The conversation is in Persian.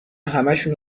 همشونو